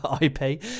IP